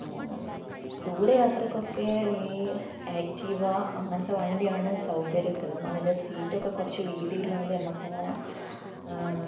ദൂര യാത്രയ്ക്കൊക്കെ ഈ ആക്റ്റീവ അങ്ങനത്തെ വണ്ടിയാണ് സൗകര്യപ്രദം അതിൻ്റെ സീറ്റൊക്കെ കുറച്ച് വീതീയുള്ളതു കൊണ്ട് നമുക്കങ്ങനെ